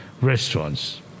restaurants